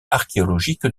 archéologique